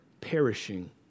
perishing